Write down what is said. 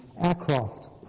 aircraft